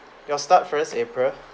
you start first april